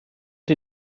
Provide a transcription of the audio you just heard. die